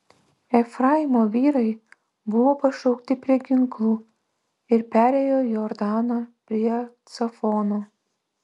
efraimo vyrai buvo pašaukti prie ginklų ir perėjo jordaną prie cafono